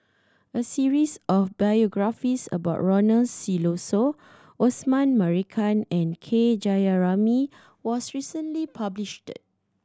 a series of biographies about Ronald Susilo Osman Merican and K Jayamani was recently published